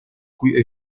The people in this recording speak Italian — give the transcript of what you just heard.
cui